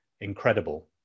incredible